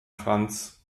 franz